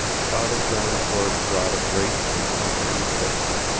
father john's words brought a great and comforting faith.